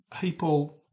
people